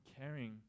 caring